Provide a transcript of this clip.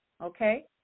Okay